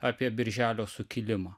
apie birželio sukilimą